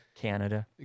Canada